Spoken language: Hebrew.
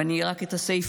ואני קוראת רק את הסיפה: